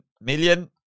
million